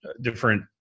different